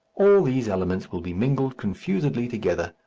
all these elements will be mingled confusedly together,